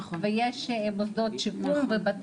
נכון, נכון.